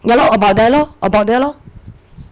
ya lor about there lor about there lor